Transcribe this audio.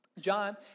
John